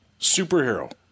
superhero